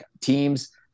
teams